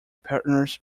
partners